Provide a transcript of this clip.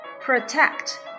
protect